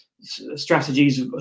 strategies